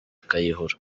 kayihura